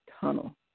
tunnel